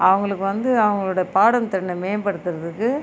அவங்களுக்கு வந்து அவங்களோட பாடல் திறனை மேம்படுத்துகிறதுக்கு